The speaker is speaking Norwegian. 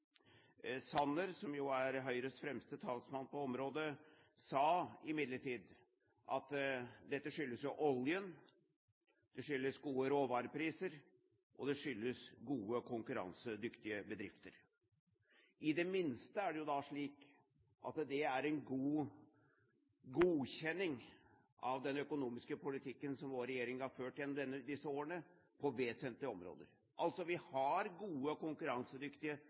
Sanner, som er Høyres fremste talsmann på området, sa imidlertid at dette skyldes jo oljen, det skyldes gode råvarepriser, og det skyldes gode og konkurransedyktige bedrifter. I det minste er det da slik at det er en godkjenning av den økonomiske politikken som vår regjering har ført gjennom disse årene på vesentlige områder. Vi har gode og konkurransedyktige